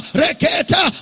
reketa